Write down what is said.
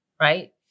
Right